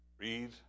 Read